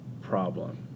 problem